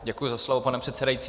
Děkuji za slovo, pane předsedající.